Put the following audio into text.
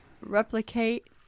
replicate